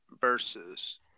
versus